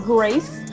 Grace